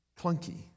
clunky